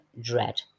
dread